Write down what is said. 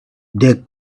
they